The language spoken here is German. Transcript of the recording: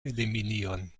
eliminieren